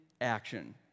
action